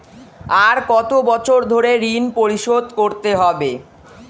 আর কত বছর ধরে ঋণ পরিশোধ করতে হবে?